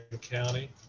County